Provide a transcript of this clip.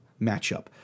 matchup